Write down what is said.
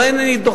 אולי אני דוחף,